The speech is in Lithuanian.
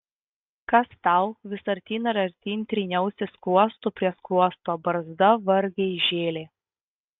kas tau vis artyn ir artyn tryniausi skruostu prie skruosto barzda vargiai žėlė